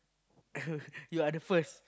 you are the first